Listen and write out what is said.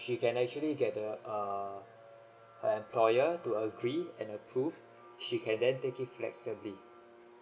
she can actually get the err her employer to agree and approve she can then take it flexibly